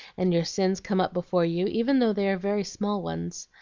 and your sins come up before you, even though they are very small ones.